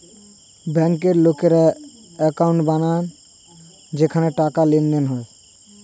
ব্যাংকে লোকেরা অ্যাকাউন্ট বানায় যেখানে টাকার লেনদেন হয়